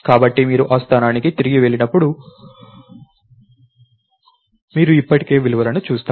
కాబట్టి మీరు ఆ స్థానానికి తిరిగి వెళ్ళినప్పుడు మీరు ఇప్పటికీ విలువలను చూస్తారు